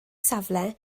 safle